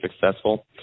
successful